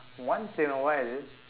once in a while